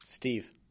Steve